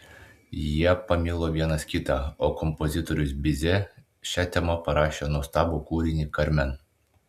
jie pamilo vienas kitą o kompozitorius bize šia tema parašė nuostabų kūrinį karmen